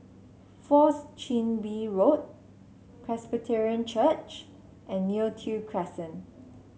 Fourth Chin Bee Road Presbyterian Church and Neo Tiew Crescent